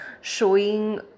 showing